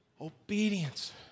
Obedience